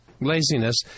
Laziness